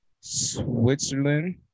Switzerland